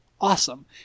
awesome